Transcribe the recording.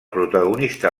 protagonista